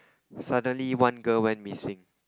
suddenly one girl went missing